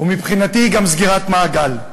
ומבחינתי היא גם סגירת מעגל.